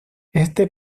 este